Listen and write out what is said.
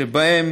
ובהן